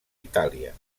itàlia